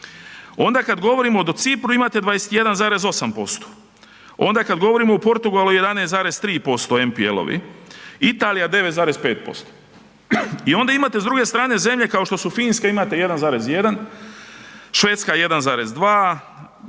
Onda kad govorimo o Cipru, imate 21,8%, onda kad govorimo u Portugalu 11,3% MPL-ovi, Italija 9,5%. I onda imate, s druge strane, zemlje kao što su Finska, imate 1,1, Švedska, 1,2,